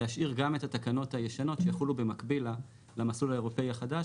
להשאיר גם את התקנות הישנות שיחולו במקביל למסלול האירופי החדש.